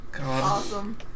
Awesome